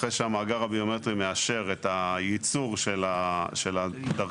אחרי שהמאגר הביומטרי מאשר את הייצור של הדרכון,